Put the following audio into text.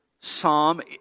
Psalm